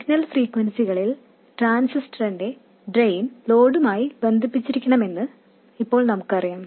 signal ഫ്രീക്വെൻസിക്കായി ട്രാൻസിസ്റ്ററിന്റെ drain ലോഡുമായി ബന്ധിപ്പിച്ചിരിക്കണമെന്ന് നമുക്കറിയാം